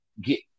get